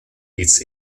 its